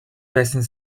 байсан